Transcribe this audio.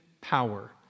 power